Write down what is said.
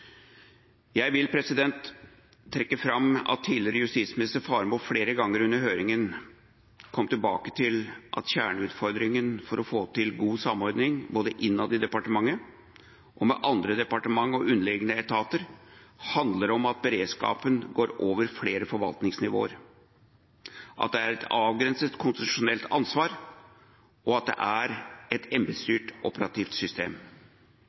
Jeg vil trekke fram at tidligere justisminister Faremo flere ganger under høringen kom tilbake til at kjerneutfordringen for å få til god samordning både innad i departementet og med andre departement og underliggende etater handler om at beredskapen går over flere forvaltningsnivåer, at det er et avgrenset konstitusjonelt ansvar, og at det er et embetsstyrt operativt system.